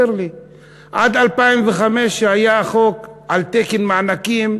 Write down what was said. עד 2005, כשהיה החוק על תקן מענקים,